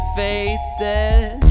faces